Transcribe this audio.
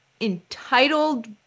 entitled